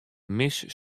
mis